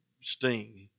sting